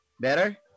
better